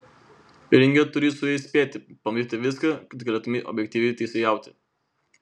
ringe turi su jais spėti pamatyti viską kad galėtumei objektyviai teisėjauti